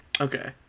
Okay